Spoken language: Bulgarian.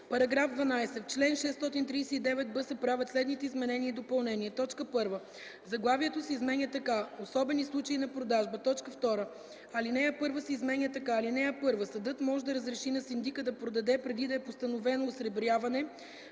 § 12: „§ 12. В чл. 639б се правят следните изменения и допълнения: 1. Заглавието се изменя така: „Особени случаи на продажба”. 2. Алинея 1 се изменя така: (1) Съдът може да разреши на синдика да продаде, преди да е постановено осребряване,